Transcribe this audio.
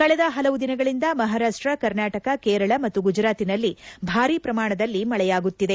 ಕಳೆದ ಹಲವು ದಿನಗಳಿಂದ ಮಹಾರಾಷ್ಟ ಕರ್ನಾಟಕ ಕೇರಳ ಮತ್ತು ಗುಜರಾತಿನಲ್ಲಿ ಭಾರಿ ಪ್ರಮಾಣದಲ್ಲಿ ಮಳೆಯಾಗುತ್ತಿದೆ